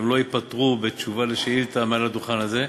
והם לא ייפתרו בתשובה על שאילתה מעל הדוכן הזה.